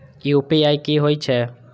UPI की होई छै?